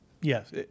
Yes